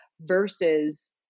versus